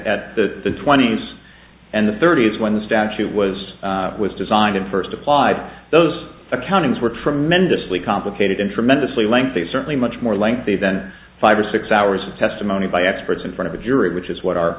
at the twenty's and the thirty's when the statute was was designed and first applied those accountings were tremendously complicated and tremendously lengthy certainly much more lengthy than five or six hours of testimony by experts in front of a jury which is what our